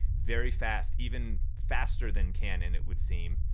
very fast even faster than canon it would seem.